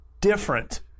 different